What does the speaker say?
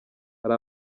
hari